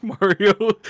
mario